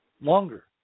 longer